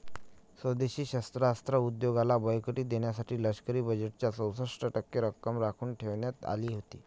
स्वदेशी शस्त्रास्त्र उद्योगाला बळकटी देण्यासाठी लष्करी बजेटच्या चौसष्ट टक्के रक्कम राखून ठेवण्यात आली होती